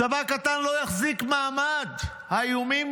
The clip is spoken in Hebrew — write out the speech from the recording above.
צבא קטן לא יחזיק מעמד, האיומים